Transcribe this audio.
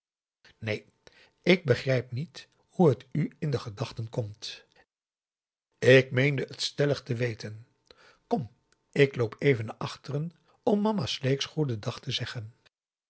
neen ik begrijp niet hoe het u in de gedachten komt ik meende het stellig te weten kom ik loop even naar achter om mama sleeks goeden dag te zeggen